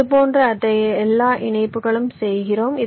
இதுபோன்று அத்தகைய எல்லா இணைப்புகளையும் செய்கிறோம்